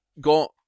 got